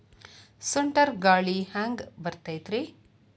ಸುಂಟರ್ ಗಾಳಿ ಹ್ಯಾಂಗ್ ಬರ್ತೈತ್ರಿ?